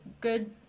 good